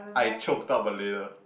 I choked up a little